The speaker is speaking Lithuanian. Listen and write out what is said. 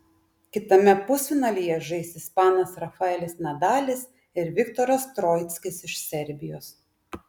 kitame pusfinalyje žais ispanas rafaelis nadalis ir viktoras troickis iš serbijos